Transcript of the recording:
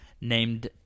named